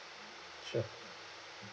sure